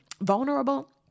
vulnerable